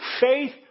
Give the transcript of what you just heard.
Faith